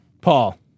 Paul